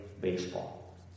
baseball